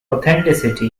authenticity